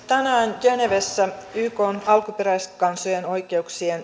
tänään genevessä ykn alkuperäiskansojen oikeuksien